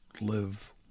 live